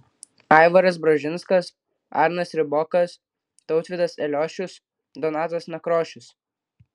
aivaras bražinskas arnas ribokas tautvydas eliošius donatas nakrošius